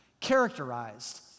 characterized